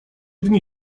dni